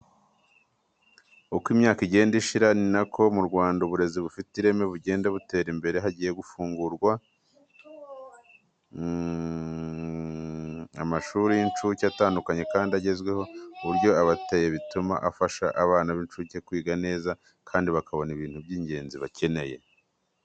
Uko imyaka igenda ishira, ni nako mu Rwanda uburezi bufite ireme bugenda butera imbere. Hagiye hafungurwa amashuri y'incuke atandukanye kandi agezweho. Uburyo aba ateye bituma afasha abana b'incuke kwiga neza kandi bakabona ibintu by'ibanze bakeneye, urugero nk'intebe zo kwicaraho zijyanye n'imyaka yabo.